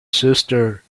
sister